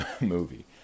movie